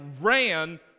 ran